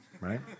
right